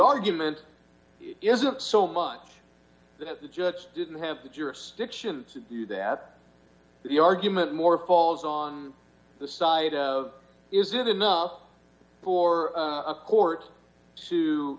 argument isn't so much that the judge didn't have the jurisdiction that the argument more falls on the side of is it enough for a court to